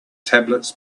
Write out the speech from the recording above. tablets